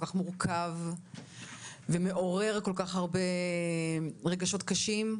כך מורכב ומעורר כל כך הרבה רגשות קשים,